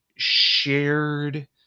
shared